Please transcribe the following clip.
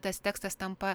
tas tekstas tampa